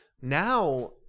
now